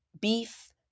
beef